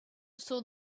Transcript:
saw